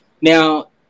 now